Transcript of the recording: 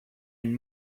and